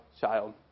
child